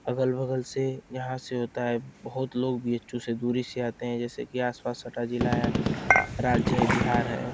अगल बगल से जहाँ से होता है बहुत लोग हासपिटल से दूर से आते हैं जैसे कि आसपास सटा ज़िला है राज्य है बिहार है